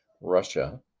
Russia